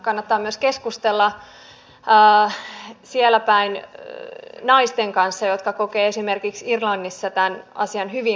kannattaa myös keskustella siellä päin esimerkiksi irlannissa naisten kanssa jotka kokevat tämän asian hyvin hankalaksi